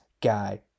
guy